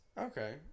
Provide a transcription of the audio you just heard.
Okay